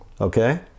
Okay